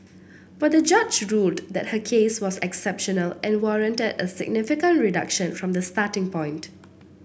but the judge ruled that her case was exceptional and warranted a significant reduction from the starting point